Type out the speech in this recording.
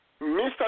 Mr